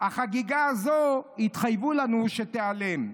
החגיגה הזו, התחייבו לנו שתיעלם.